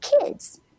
kids